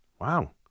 Wow